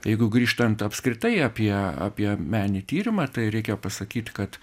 jeigu grįžtant apskritai apie apie menį tyrimą tai reikia pasakyt kad